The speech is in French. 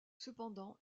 cependant